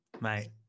Mate